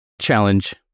challenge